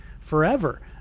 forever